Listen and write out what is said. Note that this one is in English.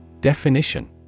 Definition